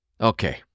Okay